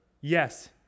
yes